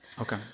Okay